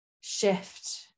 shift